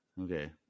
Okay